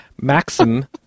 Maxim